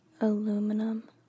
Aluminum